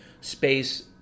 space